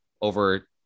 over